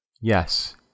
Yes